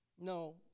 No